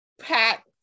Pat